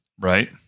Right